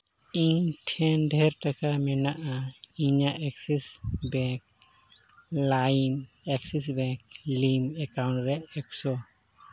ᱤᱧ ᱴᱷᱮᱱ ᱰᱷᱮᱹᱨ ᱴᱟᱠᱟ ᱢᱮᱱᱟᱜᱼᱟ ᱤᱧᱟᱹᱜ ᱮᱠᱥᱤᱥ ᱵᱮᱝᱠ ᱞᱟᱹᱭᱤᱢ ᱮᱠᱥᱤᱥ ᱵᱮᱝᱠ ᱞᱤᱝᱠ ᱮᱠᱟᱣᱩᱱᱴ ᱨᱮ ᱮᱹᱠᱥᱚ